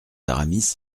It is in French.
aramis